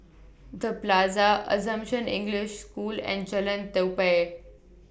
The Plaza Assumption English School and Jalan Tupai